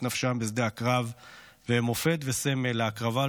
את נפשם בשדה הקרב והם מופת וסמל להקרבה,